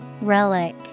Relic